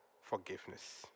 forgiveness